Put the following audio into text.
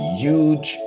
huge